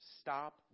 Stop